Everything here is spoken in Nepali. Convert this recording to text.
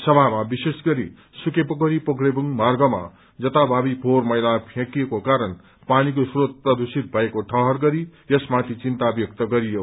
सभामा विशेष गरी सुकेपोखरी पोख्रेबुङ मार्गमा जताभावी फोहोर मैला फ्याँकिएको कारण पानीको श्रोत प्रदूषित भएको ठहर गरी यसमाथि चिन्ता व्यक्त गरियो